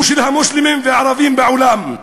הוא של המוסלמים והערבים בעולם,